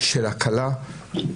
שכמו שימוש של סיגריה הוא פוגע בבריאות של